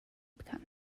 pecan